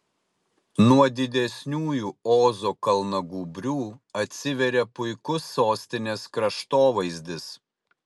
nuo didesniųjų ozo kalnagūbrių atsiveria puikus sostinės kraštovaizdis